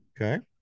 Okay